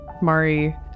Mari